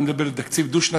אני מדבר על תקציב דו-שנתי,